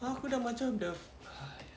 aku dah macam dah !haiya!